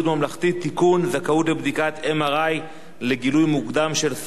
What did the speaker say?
זכאות לבדיקת MRI לגילוי מוקדם של סרטן השד),